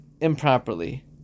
improperly